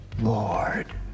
Lord